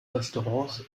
restaurants